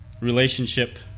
relationship